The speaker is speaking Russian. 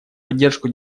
поддержку